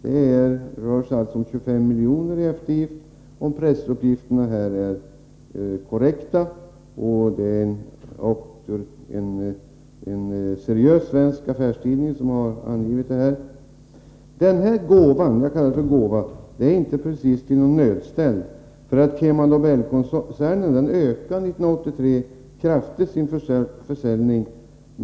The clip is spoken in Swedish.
Det rör sig alltså om en eftergift på 25 milj.kr., om nu pressuppgifterna är riktiga. Jag kan i detta sammanhang tillägga att det är en seriös svensk affärstidning som lämnat uppgifterna. Det är inte precis någon nödställd som fått den aktuella gåvan — jag använder det uttrycket. Kema Nobel-koncernen ökade nämligen sin försäljning kraftigt under 1983.